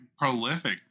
prolific